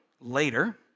later